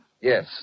Yes